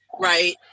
right